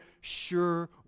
sure